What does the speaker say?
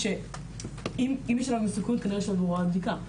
אם יש עליו --- כנראה יש הוראת בדיקה.